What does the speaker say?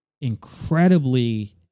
incredibly